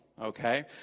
okay